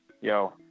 Yo